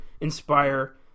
inspire